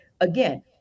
again